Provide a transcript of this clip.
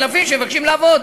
אלפים שמבקשים לעבוד.